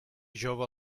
jove